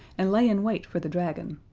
and lay in wait for the dragon,